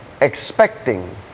expecting